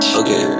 okay